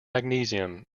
magnesium